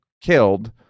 killed